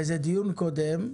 באיזה דיון קודם,